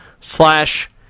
slash